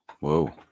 Whoa